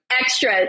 extra